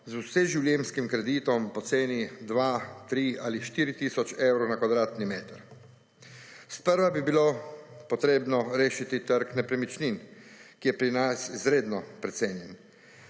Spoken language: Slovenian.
z vseživljenjskim kreditom, po ceni 2, 3 ali 4 tisoč evrov na kvadratni meter. Sprva bi bilo potrebno rešiti trg nepremičnin, ki je pri nas izredno precenjen.